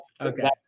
okay